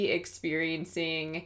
experiencing